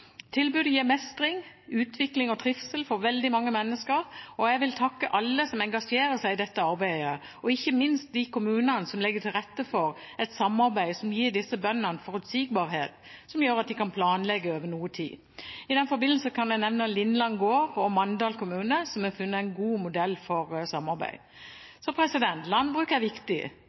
Tilbudet gir mestring, utvikling og trivsel for veldig mange mennesker, og jeg vil takke alle som engasjerer seg i dette arbeidet, og ikke minst de kommunene som legger til rette for et samarbeid som gir disse bøndene forutsigbarhet, som gjør at de kan planlegge over noe tid. I denne forbindelse kan jeg nevne Lindland Gård og Mandal kommune som har funnet en god modell for samarbeid. Landbruket er viktig